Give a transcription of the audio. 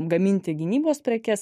gaminti gynybos prekes